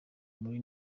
muri